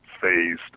phased